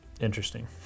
interesting